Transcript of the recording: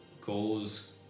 goals